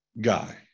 guy